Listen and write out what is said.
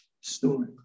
story